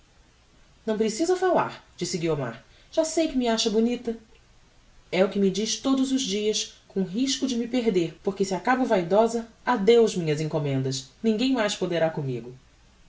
não precisa falar disse guiomar já sei que me acha bonita é o que me diz todos os dias com risco de me perder porque se eu acabo vaidosa adeus minhas encommendas ninguem mais poderá commigo